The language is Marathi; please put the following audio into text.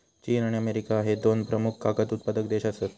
चीन आणि अमेरिका ह्ये दोन प्रमुख कागद उत्पादक देश आसत